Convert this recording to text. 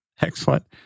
Excellent